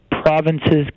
provinces